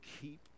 keep